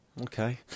Okay